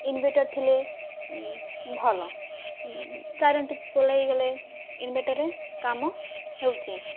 inverter ଥିଲେ ଭଲ current ବୋଲେଇଗଲେ ଇନଭଟରରେ କାମ ହେଉଛି